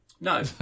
No